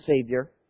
Savior